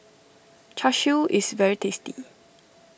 Char Siu is very tasty